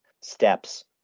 steps